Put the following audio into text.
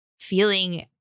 feeling